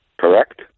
Correct